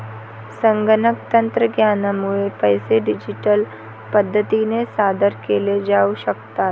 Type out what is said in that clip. संगणक तंत्रज्ञानामुळे पैसे डिजिटल पद्धतीने सादर केले जाऊ शकतात